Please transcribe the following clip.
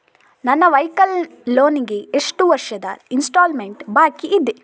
ನನ್ನ vehicle loan ಗೆ ಎಷ್ಟು ವರ್ಷದ ಇನ್ಸ್ಟಾಲ್ಮೆಂಟ್ ಬಾಕಿ ಇದೆ?